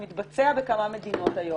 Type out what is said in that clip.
זה מתבצע בכמה מדינות היום,